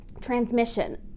transmission